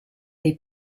dei